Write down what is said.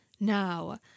Now